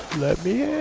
lead the